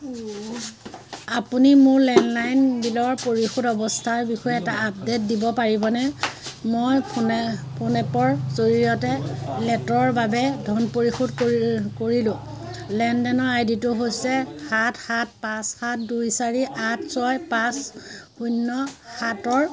আপুনি মোৰ লেণ্ডলাইন বিলৰ পৰিশোধ অৱস্থাৰ বিষয়ে এটা আপডেট দিব পাৰিবনে মই ফোন ফোন এপৰ জৰিয়তে ৰে'লটেলৰ বাবে ধন পৰিশোধ কৰিলোঁ লেনদেনৰ আই ডিটো হৈছে সাত সাত পাঁচ সাত দুই চাৰি আঠ ছয় পাঁচ শূন্য সাতৰ